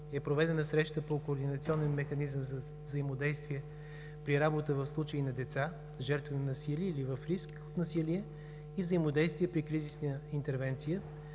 е проведена среща по координационен механизъм за взаимодействие при работа в случай на деца, жертва на насилие или в риск от насилие и взаимодействие при кризисна интервенция,